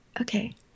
okay